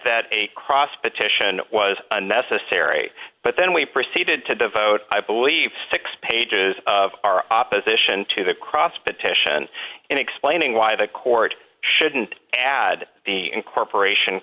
that a cross patrician was unnecessary but then we proceeded to devote i believe six pages of our opposition to the cross but tension in explaining why the court shouldn't add the incorporation